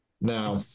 Now